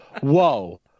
whoa